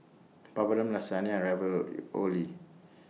Papadum Lasagna and Ravioli